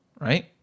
right